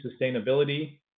Sustainability